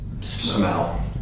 smell